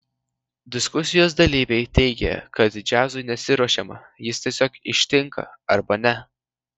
diskusijos dalyviai teigė kad džiazui nesiruošiama jis tiesiog ištinka arba ne